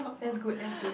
that good that good